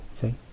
See